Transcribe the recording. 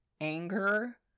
anger